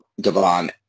Devon